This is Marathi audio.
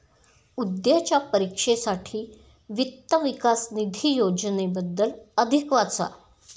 उद्याच्या परीक्षेसाठी वित्त विकास निधी योजनेबद्दल अधिक वाचा